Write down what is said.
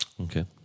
Okay